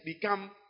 become